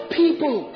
people